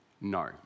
No